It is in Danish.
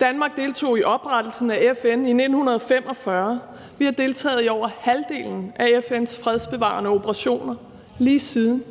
Danmark deltog i oprettelsen af FN i 1945. Vi har deltaget i over halvdelen af FN's fredsbevarende operationer lige siden.